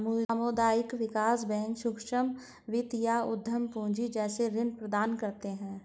सामुदायिक विकास बैंक सूक्ष्म वित्त या उद्धम पूँजी जैसे ऋण प्रदान करते है